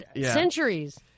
centuries